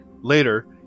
Later